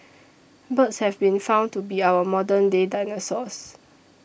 birds have been found to be our modern day dinosaurs